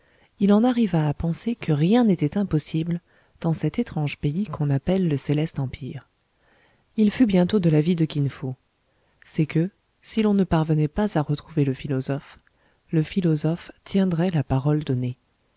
il en arriva à penser que rien n'était impossible dans cet étrange pays qu'on appelle le céleste empire il fut bientôt de l'avis de kin fo c'est que si l'on ne parvenait pas à retrouver le philosophe le philosophe tiendrait la parole donnée